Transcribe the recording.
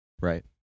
right